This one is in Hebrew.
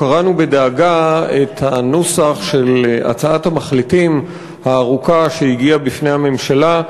קראנו בדאגה את הנוסח של הצעת המחליטים הארוכה שהגיעה בפני הממשלה,